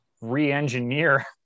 re-engineer